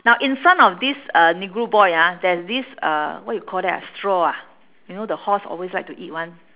now in front of this uh negro boy ah there's this uh what you call that ah straw ah you know the horse always like to eat [one]